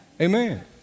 Amen